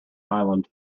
island